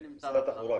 הדיון,